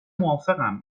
موافقم